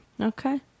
Okay